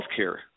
healthcare